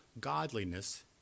godliness